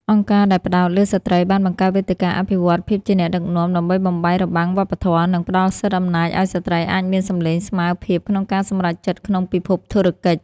អង្គការដែលផ្ដោតលើស្រ្តីបានបង្កើតវេទិកាអភិវឌ្ឍន៍ភាពជាអ្នកដឹកនាំ ដើម្បីបំបែករបាំងវប្បធម៌ និងផ្ដល់សិទ្ធិអំណាចឱ្យស្រ្តីអាចមានសំឡេងស្មើភាពក្នុងការសម្រេចចិត្តក្នុងពិភពធុរកិច្ច។